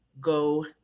Go